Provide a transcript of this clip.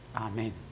Amen